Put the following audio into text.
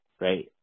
right